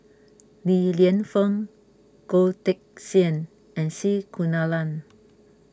Li Lienfung Goh Teck Sian and C Kunalan